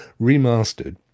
remastered